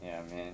ya man